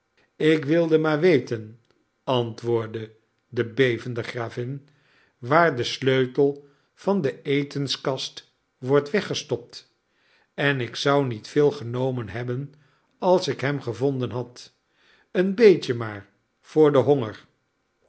ik wilde maar weten antwoordde de bevende gravin waar de sleutel van de etenskast wordt weggestopt en ik zou niet veel genomen hebben als ik hem gevonden had een beetje maar voor den honger